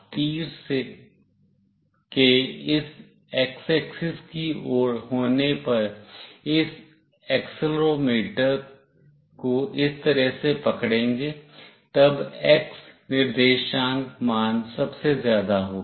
जब भी आप तीर के इस x axis की ओर होने पर इस एक्सीलरोमीटर को इस तरह से पकड़ेंगे तब x निर्देशांक मान सबसे ज्यादा होगा